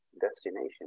destination